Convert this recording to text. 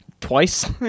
Twice